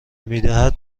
میدهد